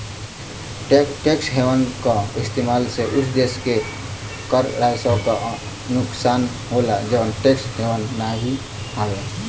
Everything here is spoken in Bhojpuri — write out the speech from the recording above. टैक्स हेवन क इस्तेमाल से उ देश के कर राजस्व क नुकसान होला जौन टैक्स हेवन नाहीं हौ